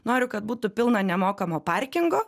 noriu kad būtų pilna nemokamo parkingo